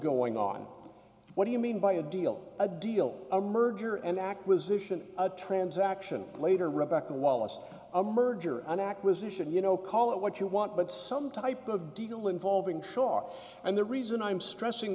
going on what do you mean by a deal a deal a merger and acquisition a transaction later rebecca wallace a merger and acquisition you know call it what you want but some type of deal involving shaw and the reason i'm stressing